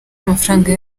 amafaranga